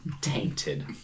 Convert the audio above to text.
tainted